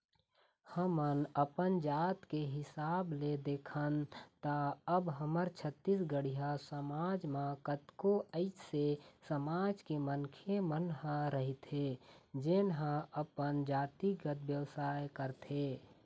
अब हमन जात के हिसाब ले देखन त अब हमर छत्तीसगढ़िया समाज म कतको अइसे समाज के मनखे मन ह रहिथे जेन ह अपन जातिगत बेवसाय करथे